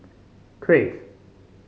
Crave